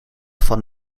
van